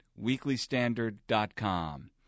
weeklystandard.com